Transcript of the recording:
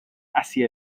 hacia